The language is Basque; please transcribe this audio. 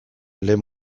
lehen